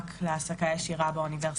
במאבק להעסקה ישירה באוניברסיטה.